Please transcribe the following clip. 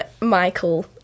Michael